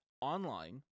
online